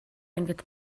ангид